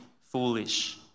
foolish